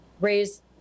raise